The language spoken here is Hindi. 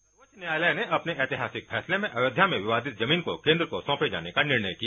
सर्वोच्च न्यायालय ने अपने ऐतिहासिक फैसले में अयोध्या में विवादित जमीन को केन्द्र को सौंपे जाने का निर्णय किया